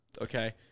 Okay